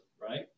right